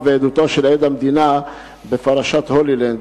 ועדותו של עד המדינה בפרשת "הולילנד".